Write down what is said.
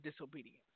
disobedience